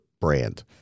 brand